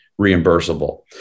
reimbursable